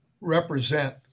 represent